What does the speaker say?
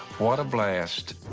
what a blast.